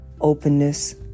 openness